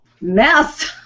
Mess